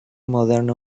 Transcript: moderno